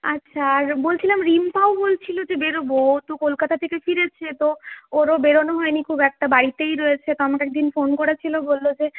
আচ্ছা আর বলছিলাম রিম্পাও বলছিল যে বেরোবো ও তো কলকাতা থেকে ফিরেছে তো ওর ও বেরোনো হয় নি খুব একটা বাড়িতেই রয়েছে তো আমাকে একদিন ফোন করেছিল বললো যে